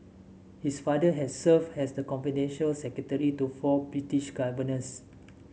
his father had served as the confidential secretary to four British governors